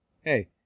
hey